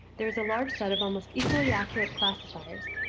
there is a large set of almost equally accurate classifiers,